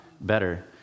better